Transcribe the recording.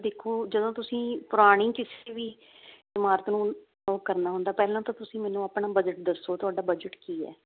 ਦੇਖੋ ਜਦੋਂ ਤੁਸੀਂ ਪੁਰਾਣੀ ਕਿਸੇ ਵੀ ਇਮਾਰਤ ਨੂੰ ਲੋਕ ਕਰਨਾ ਹੁੰਦਾ ਪਹਿਲਾਂ ਤਾਂ ਤੁਸੀਂ ਮੈਨੂੰ ਆਪਣਾ ਬਜਟ ਦੱਸੋ ਤੁਹਾਡਾ ਬਜਟ ਕੀ ਐ